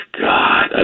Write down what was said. God